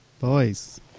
boys